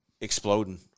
exploding